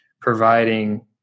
providing